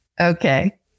Okay